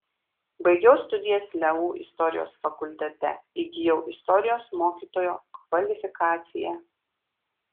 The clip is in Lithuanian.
baigiau studijas leu istorijos fakultete įgijau istorijos mokytojo kvalifikaciją